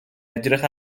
edrych